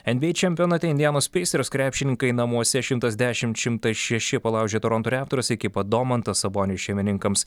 nba čempionate indianos peisers krepšininkai namuose šimtas dešim šimtas šeši palaužė toronto raptors ekipą domantas sabonis šeimininkams